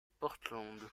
portland